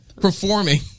Performing